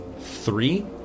three